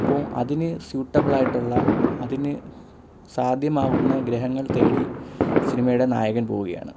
അപ്പോൾ അതിനു സ്യൂട്ടബിളായിട്ടുള്ള അതിന് സാധ്യമാകുന്ന ഗ്രഹങ്ങൾ തേടി സിനിമയുടെ നായകൻ പോകുകയാണ്